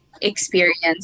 experience